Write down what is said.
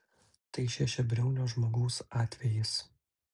tai šešiabriaunio žmogaus atvejis